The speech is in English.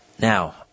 Now